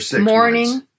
morning